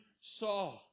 saw